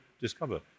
discover